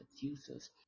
users